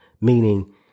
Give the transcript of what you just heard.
meaning